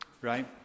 right